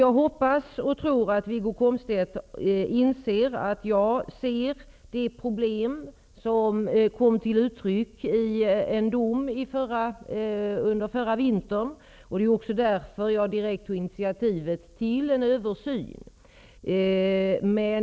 Jag hoppas och tror att Wiggo Komstedt inser att jag är medveten om det problem som kom till uttryck i en dom under förra vintern. Det var därför som jag tog initiativ till en översyn.